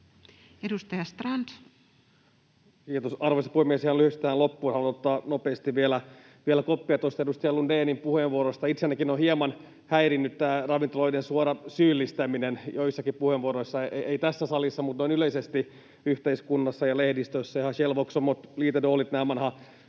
Kiitos, arvoisa puhemies! Ihan lyhyesti tähän loppuun. Haluan nopeasti vielä ottaa kopin tuosta edustaja Lundénin puheenvuorosta. Itseänikin on hieman häirinnyt tämä ravintoloiden suora syyllistäminen joissakin puheenvuoroissa — ei tässä salissa, mutta noin yleisesti yhteiskunnassa ja lehdistössä.